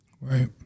right